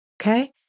okay